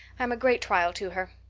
i'm a great trial to her.